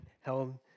held